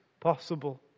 possible